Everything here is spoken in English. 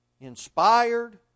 inspired